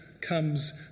comes